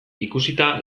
ikusita